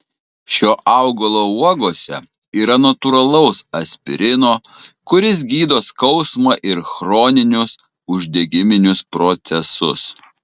šio augalo uogose yra natūralaus aspirino kuris gydo skausmą ir chroninius uždegiminius procesus